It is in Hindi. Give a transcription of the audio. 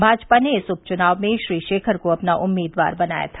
भाजपा ने इस उप च्नाव में श्री शेखर को अपना उम्मीदवार बनाया था